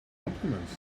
compliments